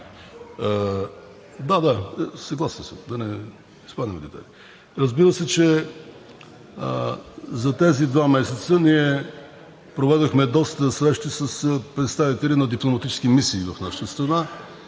Да, да, съгласен съм – да не изпадаме в детайли. Разбира се, че за тези два месеца ние проведохме доста срещи с представители на дипломатически мисии в нашата страна